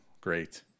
Great